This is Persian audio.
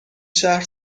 شهر